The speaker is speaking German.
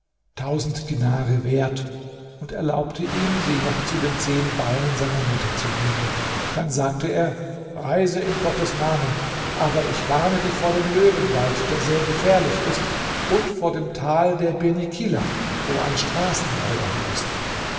tausend dinare wert und erlaubte ihm sie noch zu den zehn ballen seiner mutter zu nehmen dann sagte er reise in gottes namen aber ich warne dich vor dem löwenwald der sehr gefährlich ist und vor dem tal der beni kilab wo ein straßenräuber haust